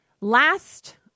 last